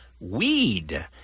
weed